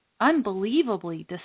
unbelievably